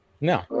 no